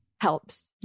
helps